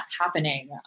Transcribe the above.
happening